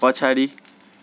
पछाडि